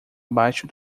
abaixo